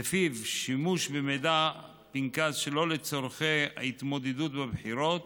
שלפיו שימוש במידע פנקס שלא לצורכי התמודדות בבחירות